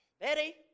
Betty